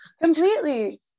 completely